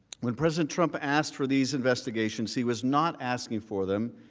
when president trump asked for these investigations, he was not asking for them,